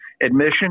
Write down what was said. admission